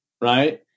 right